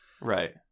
right